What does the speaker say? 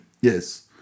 Yes